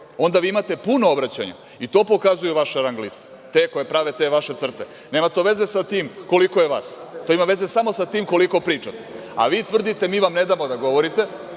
onda vi imate puno obraćanja i to pokazuju vaše rang liste, te koje pravi ta vaša CRTA. Nema to veze sa tim koliko je vas, to ima veze samo sa tim koliko pričate. Vi tvrdite da vam mi ne damo da govorite,